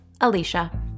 Alicia